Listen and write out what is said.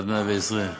עד מאה-ועשרים.